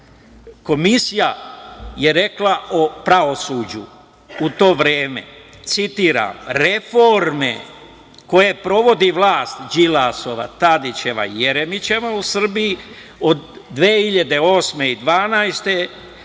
komisija rekla o pravosuđu u to vreme. Citiram: „Reforme koje sprovodi vlast Đilasova, Tadićeva i Jeremićeva u Srbiji od 2008-2012.